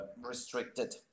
restricted